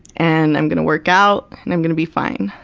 and i'm gonna work out and i'm gonna be fine.